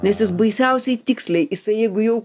nes jis baisiausiai tiksliai jisai jeigu jau